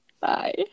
bye